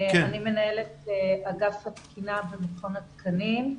אני מנהלת אגף התקינה במכון התקנים.